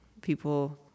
people